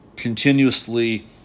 continuously